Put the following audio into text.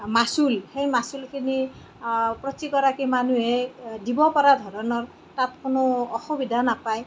মাচুল সেই মাচুলখিনি প্ৰতিগৰাকী মানুহে দিব পৰা ধৰণৰ তাত কোনো অসুবিধা নাপায়